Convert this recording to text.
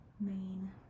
main